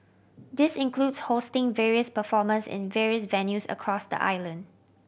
this includes hosting various performers in various venues across the island